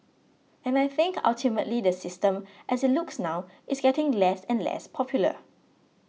and I think ultimately the system as it looks now is getting less and less popular